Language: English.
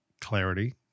Clarity